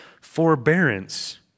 forbearance